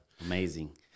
amazing